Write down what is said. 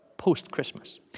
post-Christmas